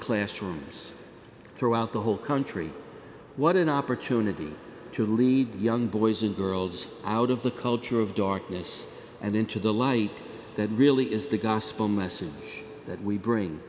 classrooms throughout the whole country what an opportunity to lead young boys and girls out of the culture of darkness and into the light that really is the gospel message that we bring